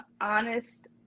honest